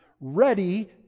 ready